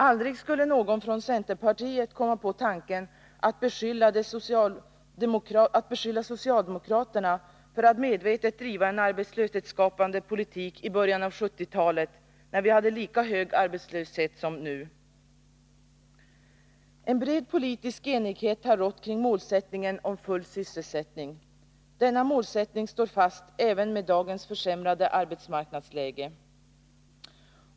Aldrig skulle någon från centerpartiet komma på tanken att beskylla socialdemokraterna för att medvetet ha drivit en arbetslöshetsskapande politik i början av 1970-talet, när vi hade lika hög arbetslöshet som nu. En bred politisk enighet har rått kring målsättningen om full sysselsättning. Denna målsättning står fast även med dagens försämrade arbetsmarknadsläge.